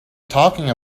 talking